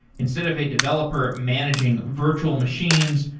instead of a developer managing virtual machines,